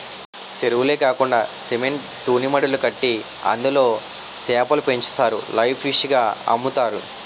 సెరువులే కాకండా సిమెంట్ తూనీమడులు కట్టి అందులో సేపలు పెంచుతారు లైవ్ ఫిష్ గ అమ్ముతారు